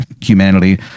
humanity